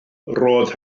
roedd